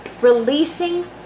Releasing